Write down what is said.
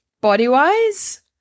body-wise